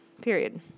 period